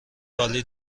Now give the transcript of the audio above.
عالی